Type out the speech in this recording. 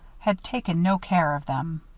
had taken no care of them.